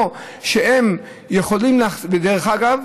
דרך אגב,